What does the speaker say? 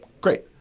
great